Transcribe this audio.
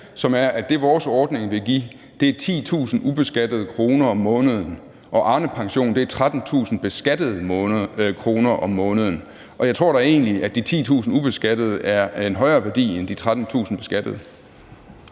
som er, at det, vores ordning vil give, er 10.000 ubeskattede kroner om måneden, og Arnepensionen er 13.000 beskattede kroner om måneden. Jeg tror da egentlig, at de 10.000 ubeskattede kroner er af en højere værdi end de 13.000 beskattede.